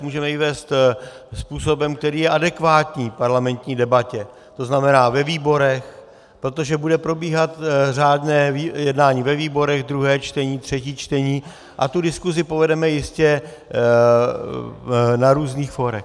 Můžeme ji vést způsobem, který je adekvátní parlamentní debatě, to znamená ve výborech, protože bude probíhat řádné jednání ve výborech, druhé čtení, třetí čtení, a tu diskuzi povedeme jistě na různých fórech.